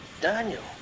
Daniel